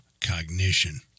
cognition